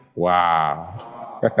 Wow